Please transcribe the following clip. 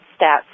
stats